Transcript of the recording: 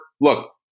Look